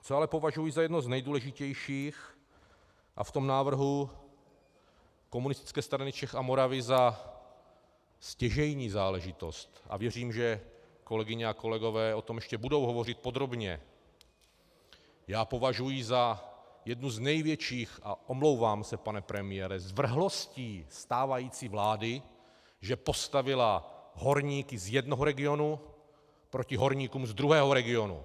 Co ale považuji za jedno z nejdůležitějších, a v tom návrhu Komunistické strany Čech a Moravy za stěžejní záležitost, a věřím, že kolegyně a kolegové o tom ještě budou hovořit podrobně, já považuji za jednu z největších, a omlouvám se, pane premiére, zvrhlostí stávající vlády, že postavila horníky z jednoho regionu proti horníkům z druhého regionu.